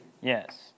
Yes